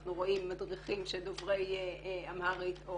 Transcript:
אנחנו רואים מדריכים שדוברי אמהרית או